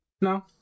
no